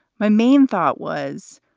my main thought was,